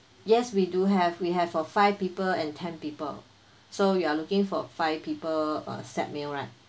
yes we do have we have for five people and ten people so you are looking for five people uh set meal right